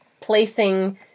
placing